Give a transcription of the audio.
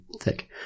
thick